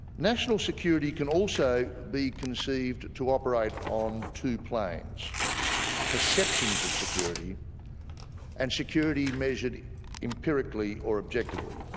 national security can also be conceived to operate on two planes perceptions of security and security measured empirically or objectively.